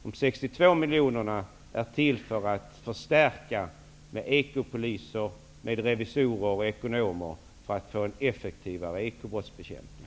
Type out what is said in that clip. Dessa 62 miljoner är till för att det skall bli en förstärkning av ekopoliser, revisorer och ekonomer för att ekobrottsbekämpningen skall bli effektivare.